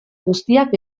guztiak